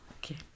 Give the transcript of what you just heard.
okay